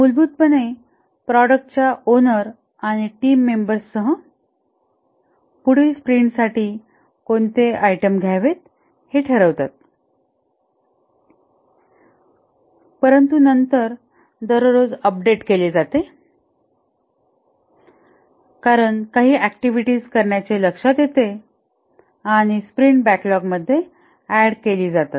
मूलभूतपणे प्रॉडक्टच्या ओनर आणि टीम मेंबर्ससह पुढील स्प्रिंटसाठी कोणते आयटम घ्यावेत हे ठरवतात परंतु नंतर दररोज अपडेट केले जाते कारण काही ऍक्टिव्हिटीज करण्याचे लक्षात येते आणि ती स्प्रिंट बॅकलॉगमध्ये ऍड केली जातात